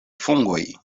fungoj